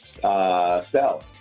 Sell